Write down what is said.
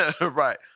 Right